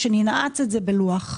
וננעץ אותו בלוח.